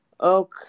okay